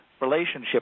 relationship